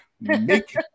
make